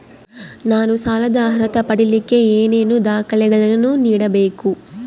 ನಾನು ಸಾಲದ ಅರ್ಹತೆ ಪಡಿಲಿಕ್ಕೆ ಏನೇನು ದಾಖಲೆಗಳನ್ನ ನೇಡಬೇಕು?